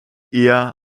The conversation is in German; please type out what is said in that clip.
eher